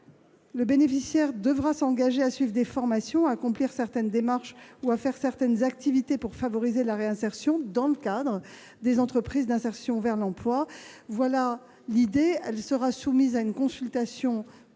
Le bénéficiaire d'un contrat devra s'engager à suivre des formations, à accomplir certaines démarches ou à faire certaines activités pour favoriser sa réinsertion, dans le cadre des entreprises d'insertion vers l'emploi. Telle est l'idée qui sera soumise à consultation du grand public.